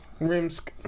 Rimsk